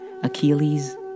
Achilles